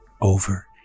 over